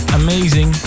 amazing